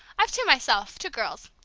i've two myself, two girls,